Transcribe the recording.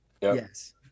Yes